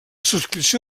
subscripció